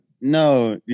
No